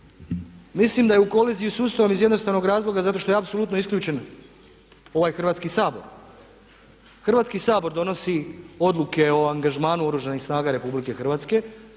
mislim da je u koliziji s Ustavom iz jednostavnog razloga zato što je apsolutno isključen ovaj Hrvatski sabor. Hrvatski sabor donosi odluke o angažmanu Oružanih snaga Republike Hrvatske.